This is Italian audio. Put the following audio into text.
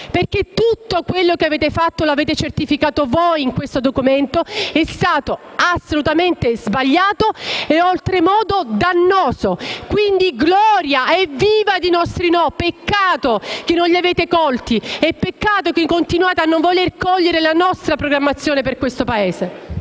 perché tutto quello che avete fatto, lo avete certificato voi in questo documento; è stato assolutamente sbagliato e oltremodo dannoso. Quindi gloria, evviva i nostri no! Peccato che non li abbiate colti e peccato che continuiate a non voler cogliere la nostra programmazione per questo Paese.